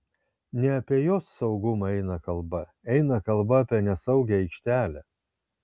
ne apie jos saugumą eina kalba eina kalba apie nesaugią aikštelę